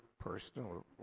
personal